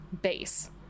base